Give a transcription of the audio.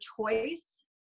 choice